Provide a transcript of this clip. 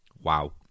Wow